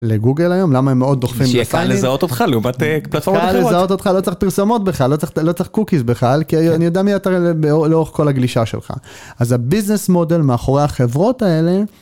לגוגל היום למה מאוד דוחפים... כדי שיהיה קל לזהות אותך לעומת... כדי שיהיה קל לזהות אותך לא צריך פרסומות בכלל, לא צריך קוקיז בכלל, כי אני יודע מי לאורך כל הגלישה שלך אז הביזנס מודל מאחורי החברות האלה.